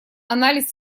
анализ